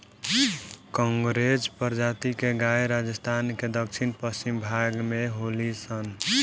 कांकरेज प्रजाति के गाय राजस्थान के दक्षिण पश्चिम भाग में होली सन